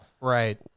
right